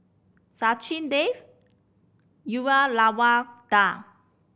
Sachin Dev Uyyalawada